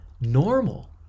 normal